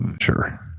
Sure